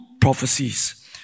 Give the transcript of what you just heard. prophecies